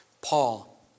Paul